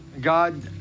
God